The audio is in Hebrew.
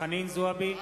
חנין זועבי,